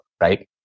right